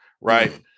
Right